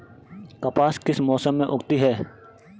कपास किस मौसम में उगती है?